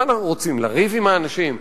מה אנחנו רוצים, לריב עם האנשים?